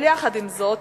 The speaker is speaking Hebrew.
עם זאת,